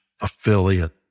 Affiliate